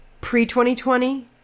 pre-2020